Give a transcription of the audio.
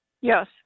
yes